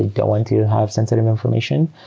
they don't want to have sensitive information.